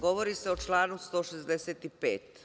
Govori se o članu 165.